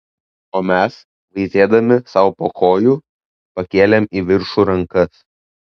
o mes veizėdami sau po kojų pakėlėm į viršų rankas